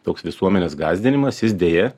toks visuomenės gąsdinimas jis deja